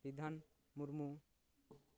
Bidhan Murmu